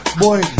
boy